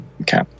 Okay